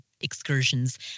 excursions